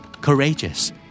Courageous